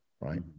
right